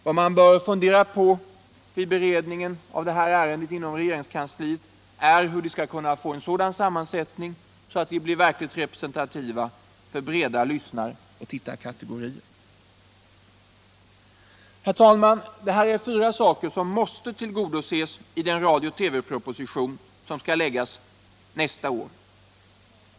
Vad man bör fundera på vid beredningen av ärendet inom regeringskansliet är hur de skall kunna få en sådan sammansättning att de verkligen blir representativa för breda lyssnaroch tittarkategorier. Herr talman! Detta är fyra saker som måste tillgodoses i den radio/ TV-proposition som skall läggas nästa år.